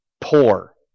poor